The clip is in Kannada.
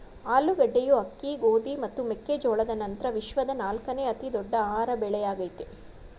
ಆಲೂಗಡ್ಡೆಯು ಅಕ್ಕಿ ಗೋಧಿ ಮತ್ತು ಮೆಕ್ಕೆ ಜೋಳದ ನಂತ್ರ ವಿಶ್ವದ ನಾಲ್ಕನೇ ಅತಿ ದೊಡ್ಡ ಆಹಾರ ಬೆಳೆಯಾಗಯ್ತೆ